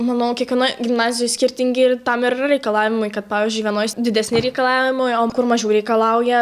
manau kiekvienoj gimnazijoj skirtingi ir tam ir reikalavimai kad pavyzdžiui vienoj didesni reikalavimai o kur mažiau reikalauja